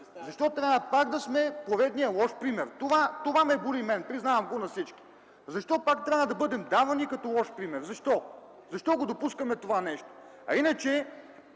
Защо трябва да сме пак поредният лош пример? Това ме боли мен, признавам го на всички. Защо трябва пак да бъдем давани като лош пример? Защо? Защо допускаме това нещо? (Реплика